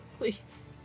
Please